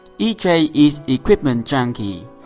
e j is e equipment junkie.